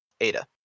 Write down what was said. ada